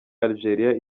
algeria